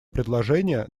предложения